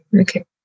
okay